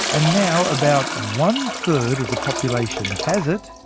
and now about one third of the population has it.